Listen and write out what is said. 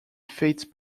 fades